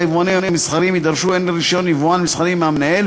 היבואנים המסחריים יידרשו הן לרישיון יבואן מסחרי מהמנהל